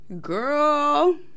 Girl